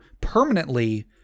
permanently